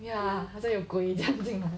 ya 好像有鬼这样进来